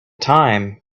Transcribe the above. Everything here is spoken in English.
time